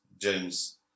James